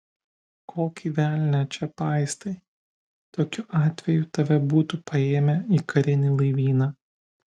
kokį velnią čia paistai tokiu atveju tave būtų paėmę į karinį laivyną